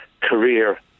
career